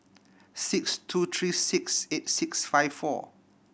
six two three six eight six five four